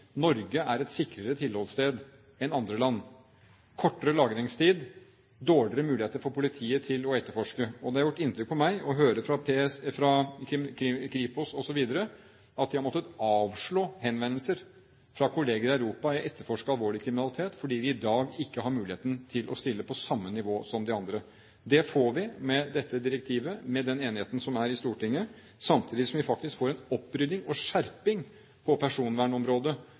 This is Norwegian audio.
Norge er et sikrere tilholdssted enn andre land – kortere lagringstid, dårligere muligheter for politiet til å etterforske. Det har gjort inntrykk på meg å høre fra Kripos osv. at de har måttet avslå henvendelser fra kollegaer i Europa i etterforskningen av alvorlig kriminalitet, fordi vi i dag ikke har muligheten til å stille på samme nivå som de andre. Det får vi med dette direktivet, med den enigheten som er i Stortinget, samtidig som vi faktisk får en opprydding og skjerping på personvernområdet